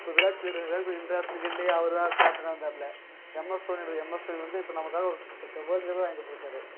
இப்போ விராட்கோலி விராட்கோலி இந்தியாஸ் க்ரிக்கெட்டில் அவர் தான் கேப்டனா இருந்தாப்புல எம்எஸ் தோனி கிடையாது எம்எஸ் தோனி வந்து இப்போ நமக்காக ஒரு க க க வேர்ல்டு காப்பே வாங்கி கொடுத்துருக்காரு